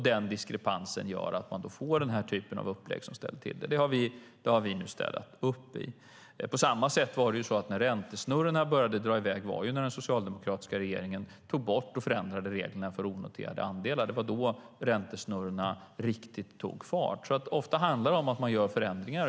Den diskrepansen gör att man får upplägg som ställer till det. Det har vi nu städat upp. På samma sätt var det när räntsnurrorna började dra i väg. Det var när den socialdemokratiska regeringen tog bort och förändrade regler för onoterade andelar som räntesnurrorna riktigt tog fart. Ofta handlar det om att det görs ändringar.